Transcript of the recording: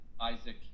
Isaac